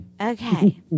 Okay